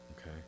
Okay